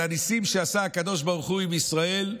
על הניסים שעשה הקדוש ברוך הוא עם ישראל,